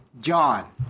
John